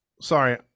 sorry